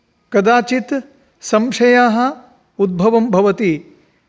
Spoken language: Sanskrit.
कदाचित् संशयाः उद्भवं भवति